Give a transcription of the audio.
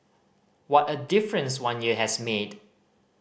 what a difference one year has made